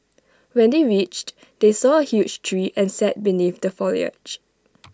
when they reached they saw A huge tree and sat beneath the foliage